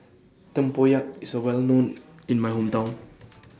Tempoyak IS A Well known in My Hometown